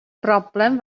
broblem